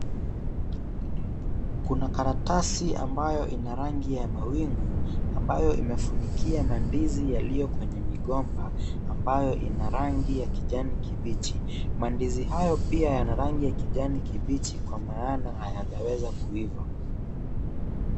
Kuna karatasi ambayo ina rangi ya mawingu ambayo imefunikia mandizi yaliyo kwenye migomba ambayo ina rangi ya kijanikibichi, mandizi hayo pia yana rangi ya kijanikibichi kwa maana hayajaweza kuiva.